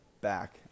back